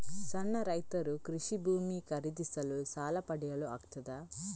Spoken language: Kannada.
ಸಣ್ಣ ರೈತರು ಕೃಷಿ ಭೂಮಿ ಖರೀದಿಸಲು ಸಾಲ ಪಡೆಯಲು ಆಗ್ತದ?